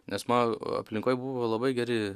nes mano aplinkoj buvo labai geri